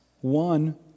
One